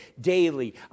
daily